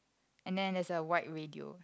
and then there's a white radio